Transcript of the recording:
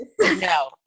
No